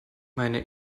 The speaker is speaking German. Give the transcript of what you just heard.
meine